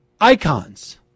icons